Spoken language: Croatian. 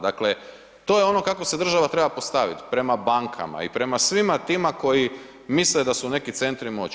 Dakle, to je ono kako se država treba postaviti prema bankama i prema svima tima, koje misle da su neke centre moći.